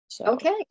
okay